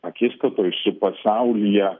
akistatoj su pasaulyje